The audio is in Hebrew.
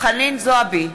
חנין זועבי,